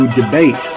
debate